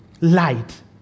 light